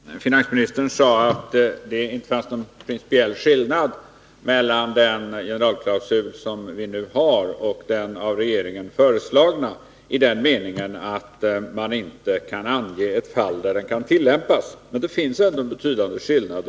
Herr talman! Finansministern sade att det inte fanns någon principiell skillnad mellan den generalklausul som vi har och den av regeringen föreslagna i den meningen att man inte heller i den förra kan ange några fall där den kan tillämpas. Men det finns ändå en betydande skillnad.